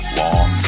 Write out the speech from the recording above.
long